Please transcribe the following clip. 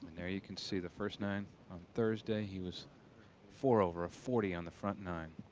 there you can see the first nine on thursday. he was four, over forty on the front nine.